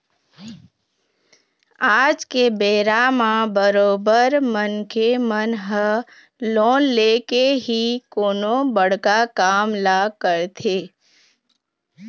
आज के बेरा म बरोबर मनखे मन ह लोन लेके ही कोनो बड़का काम ल करथे